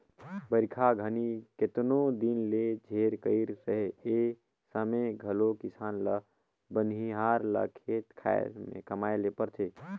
बरिखा घनी केतनो दिन ले झेर कइर रहें ए समे मे घलो किसान ल बनिहार ल खेत खाएर मे कमाए ले परथे